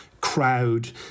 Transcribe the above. Crowd